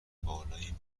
بالایی